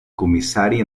comissari